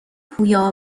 پویا